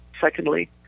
Secondly